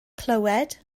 clywed